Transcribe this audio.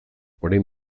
orain